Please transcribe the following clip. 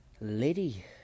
Liddy